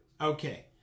Okay